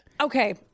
Okay